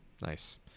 nice